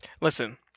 Listen